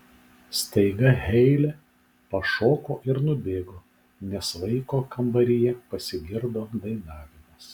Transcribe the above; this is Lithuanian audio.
staiga heile pašoko ir nubėgo nes vaiko kambaryje pasigirdo dainavimas